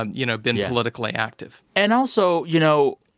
and you know, been politically active and also, you know,